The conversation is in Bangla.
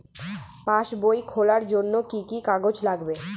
পাসবই খোলার জন্য কি কি কাগজ লাগবে?